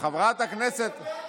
הגעת לפני דקה.